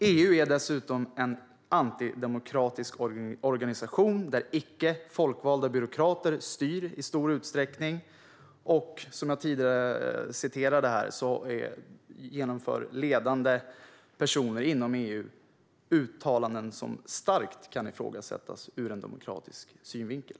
EU är dessutom en antidemokratisk organisation där icke folkvalda byråkrater styr i stor utsträckning, och som jag tidigare nämnde gör ledande personer inom EU uttalanden som starkt kan ifrågasättas ur en demokratisk synvinkel.